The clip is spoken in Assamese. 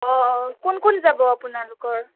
অঁ অঁ কোন কোন যাব আপোনালোকৰ